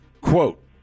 Quote